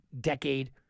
decade